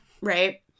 Right